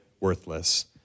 worthless